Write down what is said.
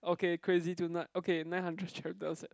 okay crazy tonight okay nine hundred chapters eh